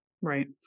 Right